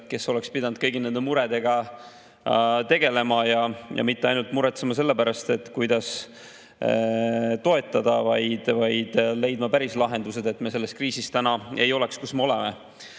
kes oleks pidanud kõigi nende muredega tegelema ja mitte ainult muretsema selle pärast, kuidas toetada, vaid leidma päris lahendused, et me ei oleks täna selles kriisis, kus me oleme?